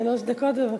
שלוש דקות, בבקשה.